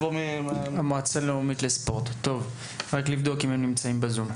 נא לבדוק אם הם נמצאים בספורט.